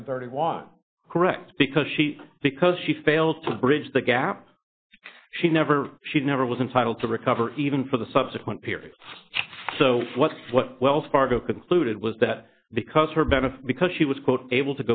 ten thirty was correct because she because she failed to bridge the gap she never she never was entitled to recover even for the subsequent periods so what's what wells fargo concluded was that because her benefit because she was